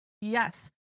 Yes